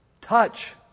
Touch